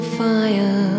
fire